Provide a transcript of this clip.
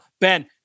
Ben